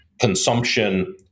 consumption